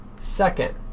Second